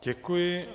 Děkuji.